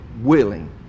willing